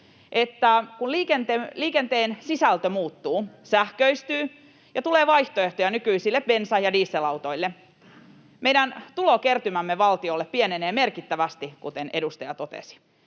kun liikenteen sisältö muuttuu ja sähköistyy ja tulee vaihtoehtoja nykyisille bensa‑ ja dieselautoille, meidän tulokertymämme valtiolle pienenee merkittävästi, kuten edustaja totesi.